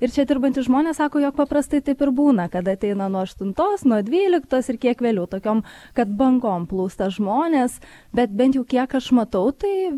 ir čia dirbantys žmonės sako jog paprastai taip ir būna kad ateina nuo aštuntos nuo dvyliktos ir kiek vėliau tokiom kad bangom plūsta žmonės bet bent jau kiek aš matau tai